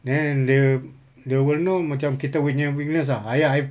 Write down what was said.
then dia they will know macam kita punya weakness ah !aiya! I